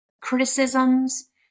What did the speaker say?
criticisms